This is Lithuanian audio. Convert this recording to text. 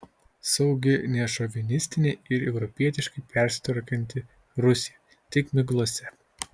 saugi nešovinistinė ir europietiškai persitvarkanti rusija tik miglose